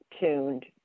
tuned